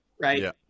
right